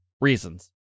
reasons